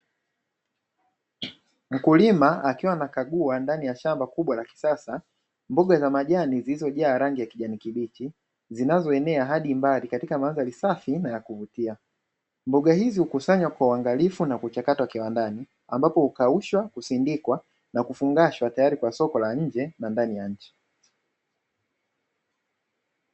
Mkulima akiwa na kagua ndani ya shamba kubwa la kisasa, mboga za majani zilizojaa rangi ya kijani kibichi zinazoenea hadi mbali katika mandhari safi na ya kuvutia, mboga hizi hukusanywa kwa uangalifu na kuchakatwa kiwandani ambapo hukaushwa, kusindikwa na kufungashwa tayari kwa soko la nje na ndani ya nchi.